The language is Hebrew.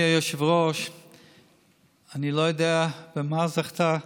התורה, שאני זכיתי לייצג אותה,